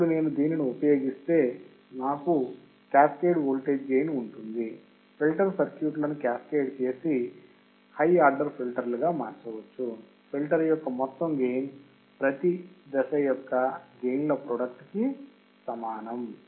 ఇప్పుడు నేను దీనిని ఉపయోగిస్తే నాకు క్యాస్కేడ్ వోల్టేజ్ గెయిన్ ఉంటుంది ఫిల్టర్ సర్క్యూట్లను క్యాస్కేడ్ చేసి హై ఆర్డర్ ఫిల్టర్లగా మార్చవచ్చు ఫిల్టర్ యొక్క మొత్తం గెయిన్ ప్రతి దశ యొక్క గెయిన్ ల ప్రోడక్ట్ కి సమానం